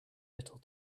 little